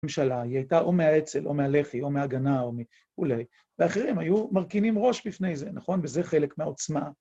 הממשלה, היא הייתה או מהאצ"ל, או מהלח"י, או מההגנה, או מ... אולי. ואחרים היו מרכינים ראש בפני זה, נכון? וזה חלק מהעוצמה.